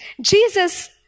Jesus